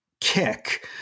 kick